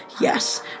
yes